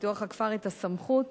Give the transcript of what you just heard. ופיתוח הכפר את הסמכות